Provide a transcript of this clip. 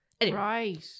Right